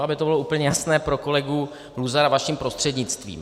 Aby to bylo úplně jasné pro kolegu Luzara vaším prostřednictvím.